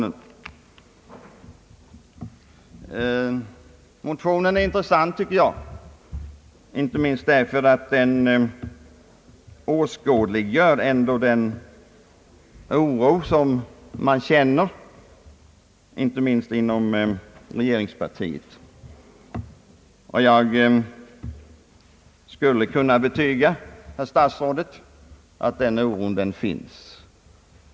Den motionen är intressant bl.a. därför att den åskådliggör den oro som man känner inte minst inom regeringspartiet. Jag kan betyga, herr statsrådet Lundkvist, att den oron finns.